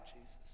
Jesus